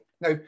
Now